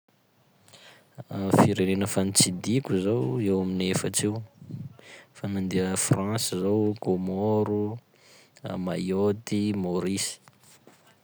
Firenena fa notsidihako zao eo amin'ny efatsy eo: fa nandeha France zaho, Kaomoro, Mayotte i, Maorisy.